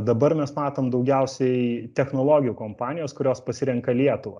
dabar mes matom daugiausiai technologijų kompanijos kurios pasirenka lietuvą